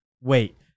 Wait